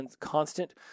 constant